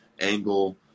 angle